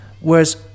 Whereas